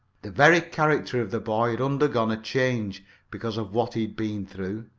the very character of the boy had undergone a change because of what he had been through.